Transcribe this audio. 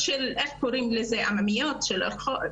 להלן תרגום חופשי)